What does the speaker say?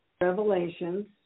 revelations